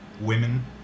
women